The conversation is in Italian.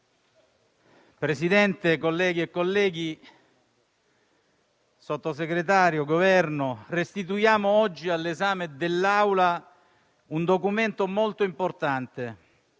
Presidente, colleghe e colleghi, signor Sottosegretario, restituiamo oggi all'esame dell'Assemblea un documento molto importante